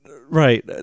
Right